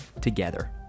together